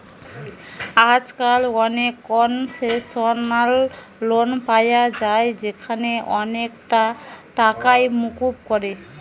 আজকাল অনেক concessional loan পায়া যায় যেখানে অনেকটা টাকাই মুকুব করে